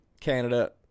Canada